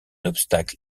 obstacle